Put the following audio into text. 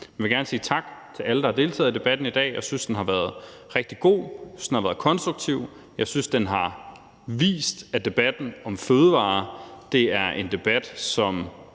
Jeg vil gerne sige tak til alle, der har deltaget i debatten i dag. Jeg synes, den har været rigtig god, jeg synes, den har været konstruktiv, og jeg synes, den har vist, at debatten om fødevarer er en debat, som